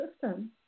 system